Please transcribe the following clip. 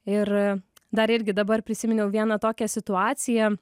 ir dar irgi dabar prisiminiau vieną tokią situaciją